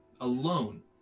alone